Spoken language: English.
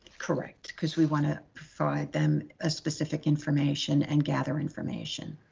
correct, cause we want to provide them ah specific information and gather information.